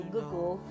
Google